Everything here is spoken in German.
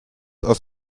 aus